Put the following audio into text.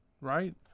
right